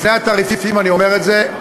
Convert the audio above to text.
לפני התעריפים, אני אומר את זה,